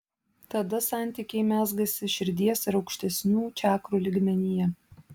tada santykiai mezgasi širdies ir aukštesnių čakrų lygmenyje